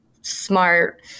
smart